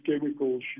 chemicals